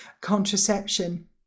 contraception